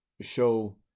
show